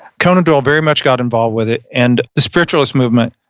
conan doyle very much got involved with it and spiritualist movement.